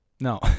No